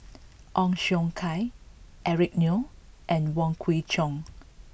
Ong Siong Kai Eric Neo and Wong Kwei Cheong